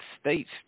states